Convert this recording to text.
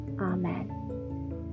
Amen